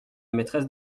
maîtresse